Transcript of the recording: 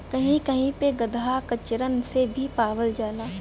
कही कही पे गदहा खच्चरन से भी पावल जाला